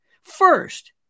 First